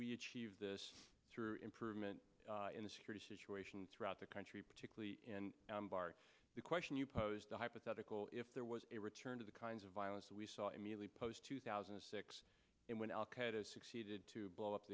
we achieve this through improvement in the security situation throughout the country particularly in ambar the question you posed a hypothetical if there was a return to the kinds of violence we saw immediately post two thousand and six when al qaeda succeeded to blow up